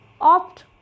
opt